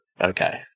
Okay